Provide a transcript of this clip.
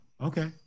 Okay